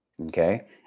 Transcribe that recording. okay